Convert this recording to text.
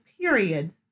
periods